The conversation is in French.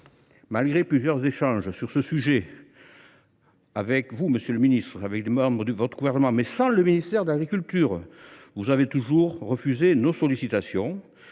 Malgré plusieurs échanges sur ce sujet avec vous, monsieur le ministre, et avec d’autres membres du Gouvernement – mais pas le ministre de l’agriculture !–, vous avez toujours refusé nos sollicitations.